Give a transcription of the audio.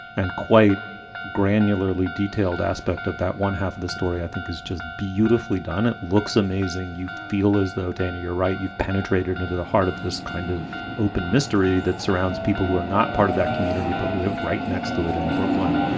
and quite granularly detailed aspect of that one half of the story i think is just beautifully done. it looks amazing. you feel as though, dana, you're right. you've penetrated and into the heart of this kind of open mystery that surrounds people who are not part of that community, but live right next to it in brooklyn.